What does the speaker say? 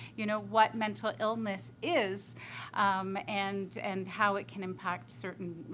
you know, what mental illness is um and and how it can impact certain,